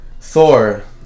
Thor